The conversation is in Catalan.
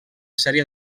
sèrie